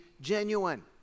genuine